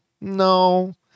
No